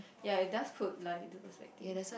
ya it does put like into perspective